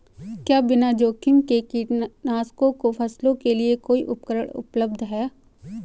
क्या बिना जोखिम के कीटनाशकों को फैलाने के लिए कोई उपकरण उपलब्ध है?